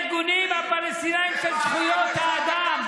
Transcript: הארגונים הפלסטיניים של זכויות האדם,